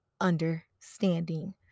understanding